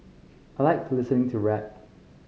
I like listening to rap